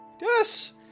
yes